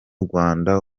rwanda